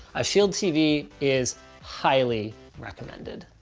a shield tv is highly recommended.